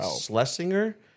Schlesinger